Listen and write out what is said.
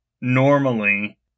normally